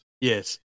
yes